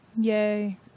Yay